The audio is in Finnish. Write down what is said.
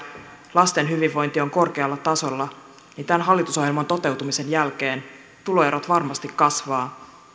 lasten hyvinvointi on korkealla tasolla niin tämän hallitusohjelman toteutumisen jälkeen tuloerot varmasti kasvavat